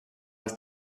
alts